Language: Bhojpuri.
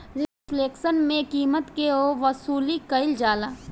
रिफ्लेक्शन में कीमत के वसूली कईल जाला